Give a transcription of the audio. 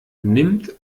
nimmt